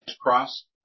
cross